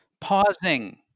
Pausing